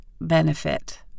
benefit